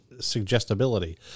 suggestibility